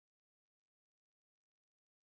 but money is not the main part